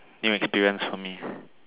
new experience for me